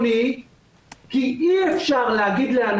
להסביר אחרי